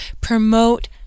promote